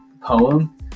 poem